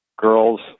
girls